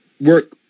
work